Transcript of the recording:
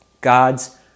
God's